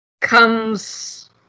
comes